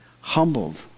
humbled